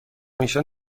ایشان